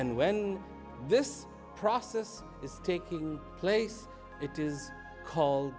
and when this process is taking place it is c